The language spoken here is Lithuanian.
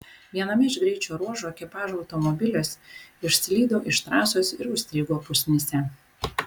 viename iš greičio ruožų ekipažo automobilis išslydo iš trasos ir užstrigo pusnyse